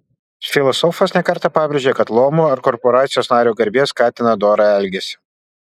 filosofas ne kartą pabrėžia kad luomo ar korporacijos nario garbė skatina dorą elgesį